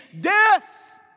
death